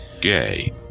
Gay